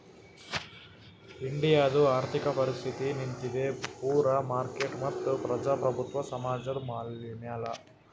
ಇಂಡಿಯಾದು ಆರ್ಥಿಕ ಪರಿಸ್ಥಿತಿ ನಿಂತಿದ್ದೆ ಪೂರಾ ಮಾರ್ಕೆಟ್ ಮತ್ತ ಪ್ರಜಾಪ್ರಭುತ್ವ ಸಮಾಜದ್ ಮ್ಯಾಲ